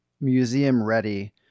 museum-ready